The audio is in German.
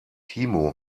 timo